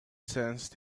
sensed